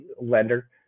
lender